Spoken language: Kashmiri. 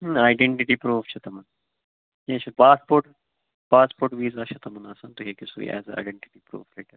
آیڈنٹِٹی پرٛوٗف چھِ تِمَن کیٚنٛہہ چھُ پاسپوٹ پاسپوٹ ویٖزا چھِ تمَن آسان تُہۍ ہیٚکِو سُے ایز آیڈنٹِٹی پرٛوٗف رٔٹِتھ